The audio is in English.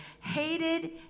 hated